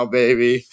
baby